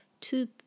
two